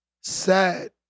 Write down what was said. sad